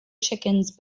chickens